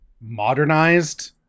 modernized